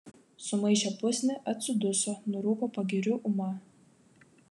sumaišė pusnį atsiduso nurūko pagiriu ūma